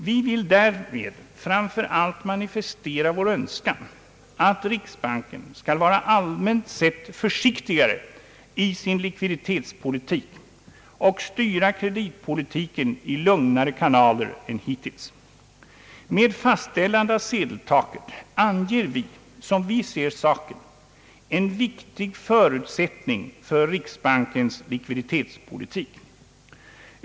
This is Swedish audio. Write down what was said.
Vi vill därmed framför allt manifestera vår Önskan att riksbanken skall vara allmänt sett försiktigare i sin likvidi tetspolitik och styra kreditpolitiken i lugnare kanaler än hittills. Med fastställande av sedeltaket anger vi, som vi ser saken, en viktig förutsättning för riksbankens = likviditetspolitik.